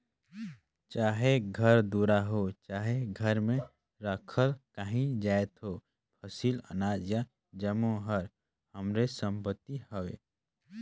चाहे घर दुरा होए चहे घर में राखल काहीं जाएत होए फसिल, अनाज ए जम्मो हर हमरेच संपत्ति हवे